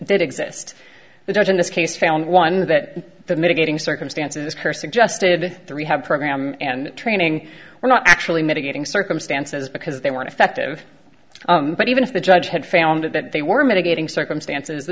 did exist the judge in this case found one that the mitigating circumstances her suggested the rehab program and training were not actually mitigating circumstances because they want to festive but even if the judge had found that they were mitigating circumstances the